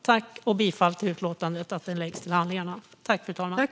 Jag yrkar bifall till utskottets förslag i utlåtandet: att utlåtandet läggs till handlingarna.